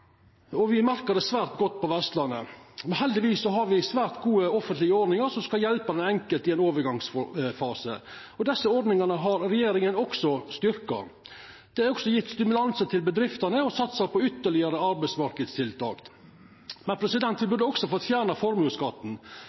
og me merkar det svært godt på Vestlandet. Men heldigvis har me svært gode offentlege ordningar som skal hjelpa den enkelte i ein overgangsfase. Desse ordningane har regjeringa også styrkt. Det er også gjeve stimulanse til bedriftene og satsa på ytterlegare arbeidsmarknadstiltak. Men me burde også fått fjerna formuesskatten.